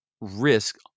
risk